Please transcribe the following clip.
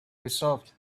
resolved